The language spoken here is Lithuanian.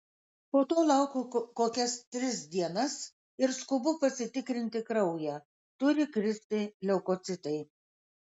po to laukiu kokias tris dienas ir skubu pasitikrinti kraują turi kristi leukocitai